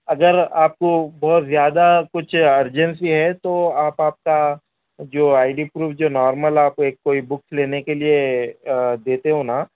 اگر آپ کو بہت زیادہ کچھ ارجنسی ہے تو آپ آپ کا جو آئی ڈی پروف جو نارمل آپ ایک کوئی بکس لینے کے لیے دیتے ہو نا